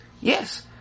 Yes